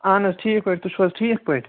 اَہن حظ ٹھیٖک پٲٹھۍ تُہۍ چھُو حظ ٹھیٖک پٲٹھۍ